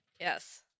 Yes